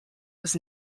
was